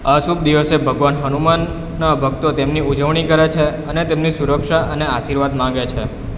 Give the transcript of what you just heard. આ શુભ દિવસે ભગવાન હનુમાનના ભક્તો તેમની ઉજવણી કરે છે અને તેમની સુરક્ષા અને આશીર્વાદ માગે છે